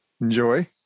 Enjoy